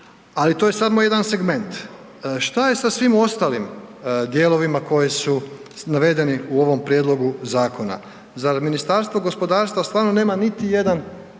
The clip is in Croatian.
ali to je samo jedan segment. Šta je sa svim ostalim dijelovima koji su navedeni u ovom prijedlogu zakona? Zar Ministarstvo gospodarstva stvarno nema niti jedan